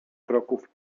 kroków